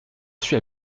suis